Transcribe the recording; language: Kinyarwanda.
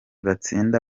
batsinda